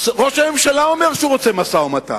ראש הממשלה אומר שהוא רוצה משא-ומתן.